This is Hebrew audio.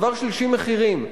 דבר שלישי, מחירים.